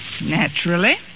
Naturally